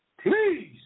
Please